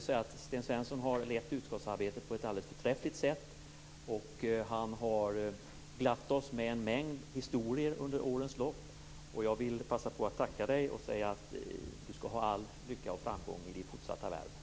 Sten Svensson har lett utskottsarbetet på ett alldeles förträffligt sätt och glatt oss med en mängd historier under årens lopp. Jag vill passa på att tacka dig och önska dig all lycka och framgång i ditt fortsatta värv.